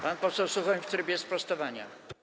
Pan poseł Suchoń w trybie sprostowania.